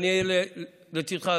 ואני לצידך,